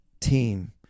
team